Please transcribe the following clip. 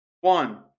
One